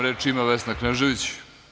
Reč ima Vesna Knežević.